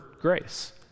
grace